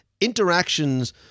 interactions